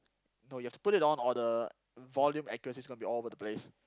no you've to put it on or the volume accuracy is going to be all over the place